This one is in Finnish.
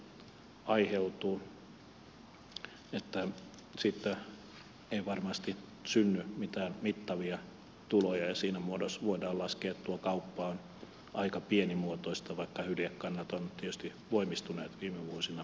siitä ei varmasti synny mitään mittavia tuloja ja siinä mielessä voidaan laskea että tuo kauppa on aika pienimuotoista vaikka hyljekannat ovat tietysti voimistuneet viime vuosina